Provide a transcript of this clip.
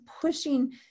pushing